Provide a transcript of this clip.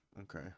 okay